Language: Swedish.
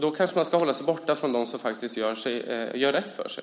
Då kanske man ska hålla sig borta från dem som faktiskt gör rätt för sig.